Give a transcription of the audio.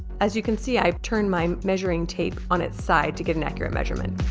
as you can see i've turned my measuring tape on its side to get an accurate measurement